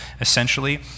essentially